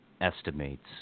estimates